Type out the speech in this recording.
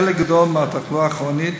חלק גדול מהתחלואה הכרונית